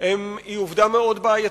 היא עובדה מאוד בעייתית,